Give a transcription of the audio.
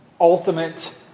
ultimate